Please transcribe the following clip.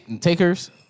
Takers